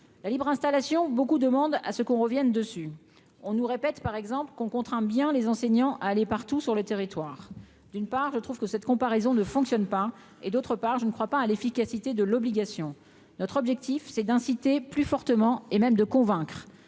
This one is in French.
la libre installation beaucoup demandent à ce qu'on revienne dessus, on nous répète par exemple qu'on contraint bien les enseignants à aller partout sur le territoire d'une part je trouve que cette comparaison ne fonctionne pas et, d'autre part, je ne crois pas à l'efficacité de l'obligation, notre objectif, c'est d'inciter plus fortement et même de convaincre